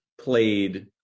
played